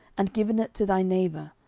and given it to thy neighbour,